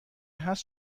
هست